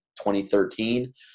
2013